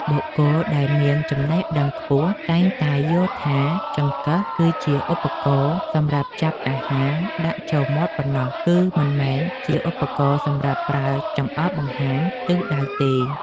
បុគ្គលដែលមានចំណេះដឹងខ្ពស់តែងតែយល់ថាចង្កឹះគឺជាឧបករណ៍សម្រាប់ចាប់អាហារដាក់ចូលមាត់ប៉ុណ្ណោះ គឺ មិនមែនជាឧបករណ៍សម្រាប់ប្រើចង្អុលបង្ហាញទិសដៅទេ។